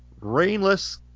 rainless